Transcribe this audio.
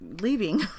leaving